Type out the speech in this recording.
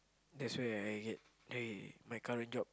that's why I get I my current job